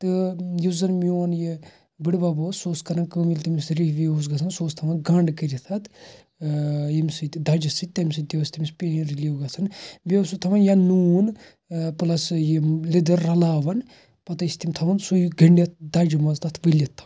تہٕ یُس زَن میٛون یہِ بٕڑۍ بب اوس سُہ اوس کران کٲم ییٚلہِ تٔمس ریٖح ویٖح اوس گَژھان سُہ اوس تھاوان گنٛڈ کٔرِتھ اتھ ٲں ییٚمہ سۭتۍ دَجہِ سۭتۍ تمہِ سۭتۍ تہِ اوس تٔمس پین رِلیٖف گَژھان بیٚیہِ اوس سُہ تھاوان یا نوٗن پٕلس یہِ لدٕر رلاوان پَتہٕ ٲسۍ تِم تھاوان سُے گٔنڈِتھ دَجہِ مَنٛز تتھ ؤلِتھ تھاوان